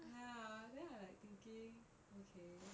ya then I'm like thinking okay